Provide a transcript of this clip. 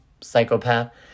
psychopath